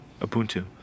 Ubuntu